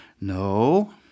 No